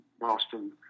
Boston